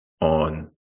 on